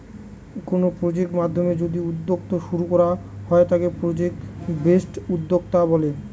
কোনো প্রজেক্টের মাধ্যমে যদি উদ্যোক্তা শুরু করা হয় তাকে প্রজেক্ট বেসড উদ্যোক্তা বলে